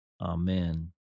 Amen